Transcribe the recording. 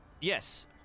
yes